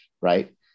right